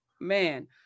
Man